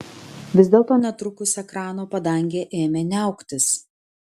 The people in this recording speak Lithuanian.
vis dėlto netrukus ekrano padangė ėmė niauktis